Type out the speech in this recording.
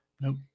Nope